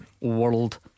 World